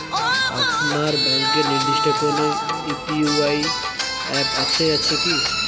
আপনার ব্যাংকের নির্দিষ্ট কোনো ইউ.পি.আই অ্যাপ আছে আছে কি?